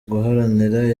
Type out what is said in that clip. guharanira